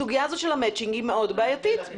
הסוגיה של המצ'ינג היא בעייתית מאוד.